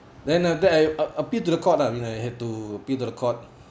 then after that I I appealed to the court lah when I had to appeal to the court